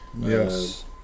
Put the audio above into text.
yes